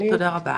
תודה רבה.